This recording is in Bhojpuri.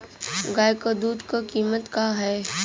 गाय क दूध क कीमत का हैं?